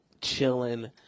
chilling